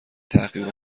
تحقیق